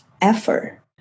effort